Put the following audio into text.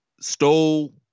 stole